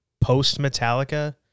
Post-Metallica